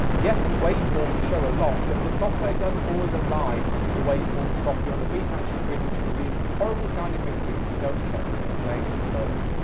yes, the waveforms show a lot but the software doesn't always align the waveforms properly on the beat matching grid which can lead to horrible sounding mixes if you don't check what you're playing first.